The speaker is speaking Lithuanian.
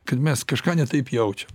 kad mes kažką ne taip jaučiam